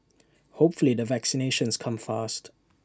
hopefully the vaccinations come fast